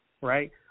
right